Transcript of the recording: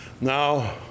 Now